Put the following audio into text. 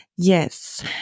Yes